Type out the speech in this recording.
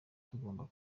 tugomba